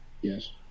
Yes